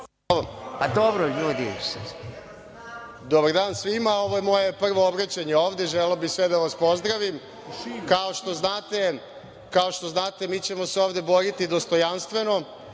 Dobar dan svima. Ovo je moje prvo obraćanje ovde. Želeo bih sve da vas pozdravim. Kao što znate, mi ćemo se ovde boriti dostojanstveno,